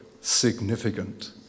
significant